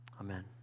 Amen